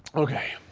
okay.